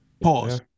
Pause